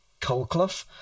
colclough